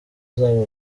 zabo